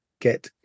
get